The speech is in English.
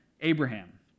Abraham